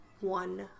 one